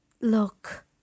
look